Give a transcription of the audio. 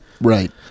Right